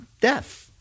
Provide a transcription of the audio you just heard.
death